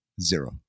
Zero